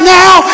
now